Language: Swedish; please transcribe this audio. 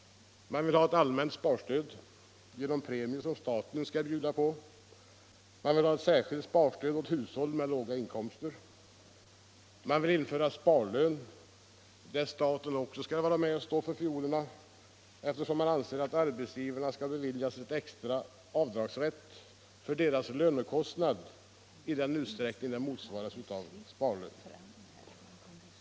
Man vill ha ett allmänt sparstöd genom premier som staten skall bjuda på, man vill ha ett särskilt sparstöd åt hushåll med låga inkomster, man vill införa sparlön, där staten också skall vara med och stå för fiolerna, eftersom man anser att arbetsgivarna skall beviljas extra avdragsrätt för sina lönekostnader i den utsträckning de motsvaras av sparandet.